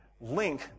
Link